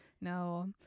No